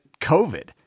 COVID